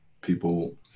people